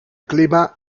clima